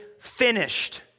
finished